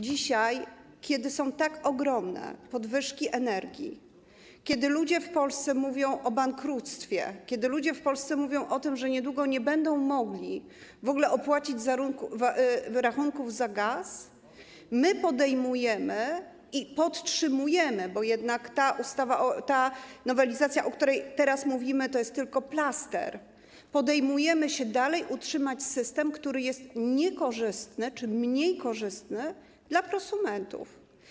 Dzisiaj, kiedy są tak ogromne podwyżki energii, kiedy ludzie w Polsce mówią o bankructwie, kiedy ludzie w Polsce mówią o tym, że niedługo nie będą mogli w ogóle opłacić rachunków za gaz, my podtrzymujemy - bo jednak ta ustawa, ta nowelizacja, o której teraz mówimy, to jest tylko plaster - i podejmujemy się dalej utrzymać system, który jest niekorzystny czy mniej korzystny dla prosumentów.